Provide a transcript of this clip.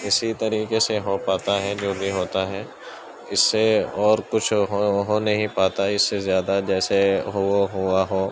اسی طریقے سے ہو پاتا ہے جو بھی ہوتا ہے اس سے اور کچھ ہو ہو نہیں پاتا ہے اس سے زیادہ جیسے وہ ہوا ہو